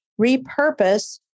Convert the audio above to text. repurpose